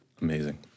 Amazing